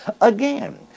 again